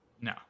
no